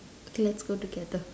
okay let's go together